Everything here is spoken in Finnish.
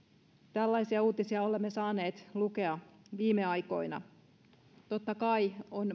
tällaisia uutisia olemme saaneet lukea viime aikoina totta kai on